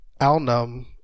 alnum